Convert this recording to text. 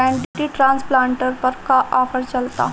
Paddy transplanter पर का offer चलता?